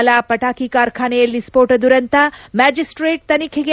ಬತಾಲಾ ಪಟಾಕಿ ಕಾರ್ಖಾನೆಯಲ್ಲಿ ಸ್ಪೋಟ ದುರಂತ ಮ್ಯಾಜಿಸ್ಟೇಟ್ ತನಿಖೆಗೆ